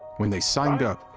when they signed up,